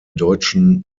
deutschen